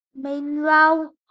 Meanwhile